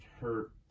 hurt